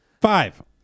Five